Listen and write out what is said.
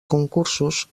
concursos